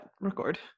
record